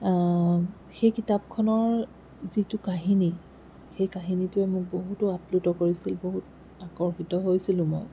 সেই কিতাপখনৰ যিটো কাহিনী সেই কাহিনীটোৱে মোক বহুতো আপ্লোট কৰিছিল বহুত আকৰ্ষিত হৈছিলোঁ মই